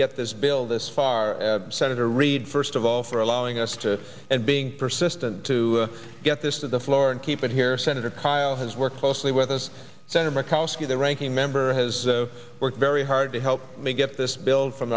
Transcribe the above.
get this bill this senator reid first of all for allowing us to and being persistent to get this to the floor and keep it here senator kyl has worked closely with us senator mccaskill the ranking member has worked very hard to help me get this bill from